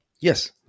Yes